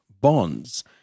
bonds